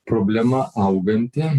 problema auganti